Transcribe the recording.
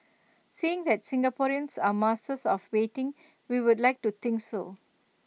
seeing that Singaporeans are masters of waiting we would like to think so